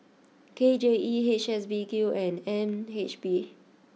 K J E H S B Q and N H B